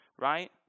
right